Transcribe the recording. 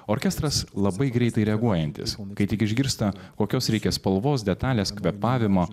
orkestras labai greitai reaguojantis kai tik išgirsta kokios reikia spalvos detalės kvėpavimo